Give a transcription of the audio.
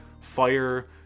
fire